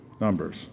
Numbers